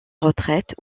retraite